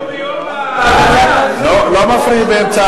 לא מפריעים באמצע